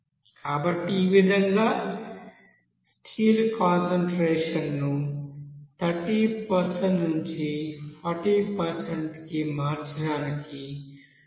కాబట్టి ఈ విధంగా స్టీల్ కాన్సంట్రేషన్ ను 30 నుండి 40 కి మార్చడానికి 5